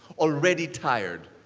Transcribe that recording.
already tired,